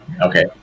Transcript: Okay